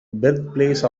birthplace